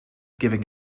giving